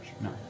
No